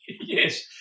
Yes